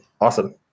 Awesome